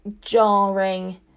jarring